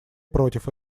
против